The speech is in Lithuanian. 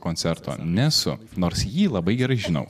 koncerto nesu nors jį labai gerai žinau